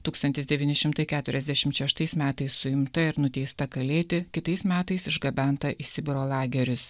tūkstantis devyni šimtai keturiasdešimt šeštais metais suimta ir nuteista kalėti kitais metais išgabenta į sibiro lagerius